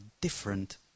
different